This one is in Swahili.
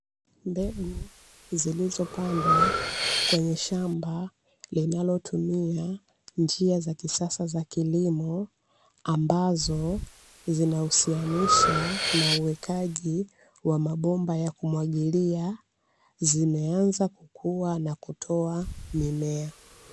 Mbegu zilizopandwa kwenye shamba linalotumia njia za kisasa za kilimo, ambazo zinahusianisha na uwekaji wa mabomba ya kumwagilia, zimeanza kukua na kutoa mimea.